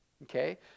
Okay